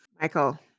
Michael